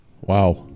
Wow